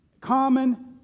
common